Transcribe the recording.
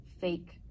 fake